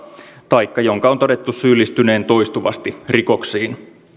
taikka jonka on todettu syyllistyneen toistuvasti rikoksiin